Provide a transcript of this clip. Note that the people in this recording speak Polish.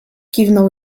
kiwnął